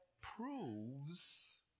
proves